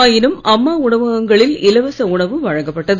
ஆயினும் அம்மா உணவகங்களில் இலவச உணவு வழங்கப்பட்டது